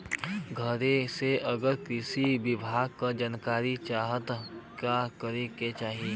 घरे से अगर कृषि विभाग के जानकारी चाहीत का करे के चाही?